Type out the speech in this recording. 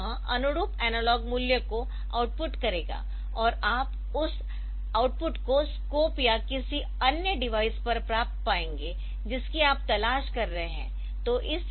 तो यह अनुरूप एनालॉग मूल्य को आउटपुट करेगा और आप उस आउटपुट को स्कोप या किसी अन्य डिवाइस पर प्राप्त कर पाएंगे जिसकी आप तलाश कर रहे है